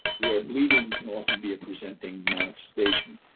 where bleeding can often be a presenting manifestation.